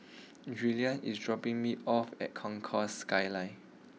Julien is dropping me off at Concourse Skyline